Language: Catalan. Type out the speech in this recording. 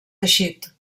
teixit